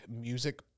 music